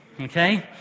Okay